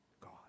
God